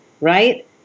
right